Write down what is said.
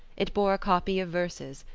it bore a copy of verses,